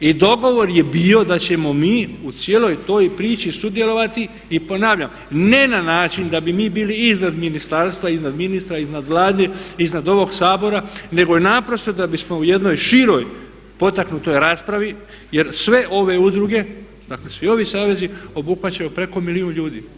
I dogovor je bio da ćemo mi u cijeloj toj priči sudjelovati i ponavljam ne na način da bi mi bili iznad ministarstva i iznad ministra, Vlade, iznad ovog Sabora nego naprosto da bismo u jednoj široj potaknutoj raspravi jer sve ove udruge, dakle svi ovi savezi obuhvaćaju preko milijun ljudi.